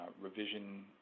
revision